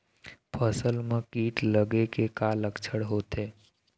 फसल म कीट लगे के का लक्षण होथे?